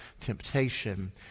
temptation